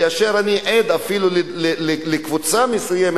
כאשר אני עד אפילו לקבוצה מסוימת,